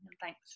thanks